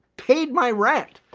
paid my rent.